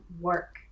work